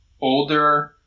older